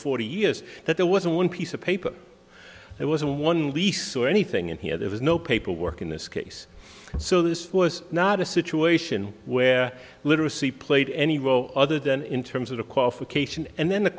forty years that there wasn't one piece of paper there wasn't one lease or anything and here there was no paperwork in this case so this was not a situation where literacy played any role other than in terms of the qualification and then the